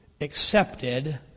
accepted